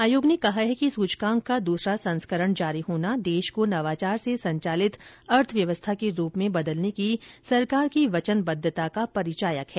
आयोग ने कहा है कि सूचकांक का दूसरा संस्करण जारी होना देश को नवाचार से संचालित अर्थव्यवस्था के रूप में बदलने की सरकार की वचनबद्वता का परिचायक है